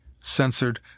censored